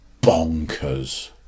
bonkers